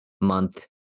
month